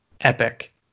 epic